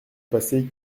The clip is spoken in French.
passé